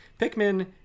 Pikmin